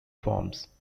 forms